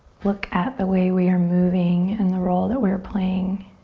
look at the way we're moving and the role that we're playing